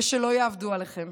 ושלא יעבדו עליכם.